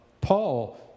Paul